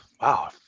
Wow